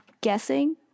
guessing